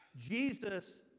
Jesus